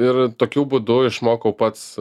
ir tokiu būdu išmokau pats